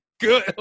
good